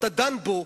אתה דן בו,